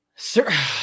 sir